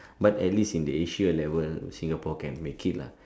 but at least in the Asia level Singapore can make it lah